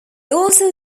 also